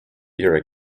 era